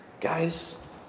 guys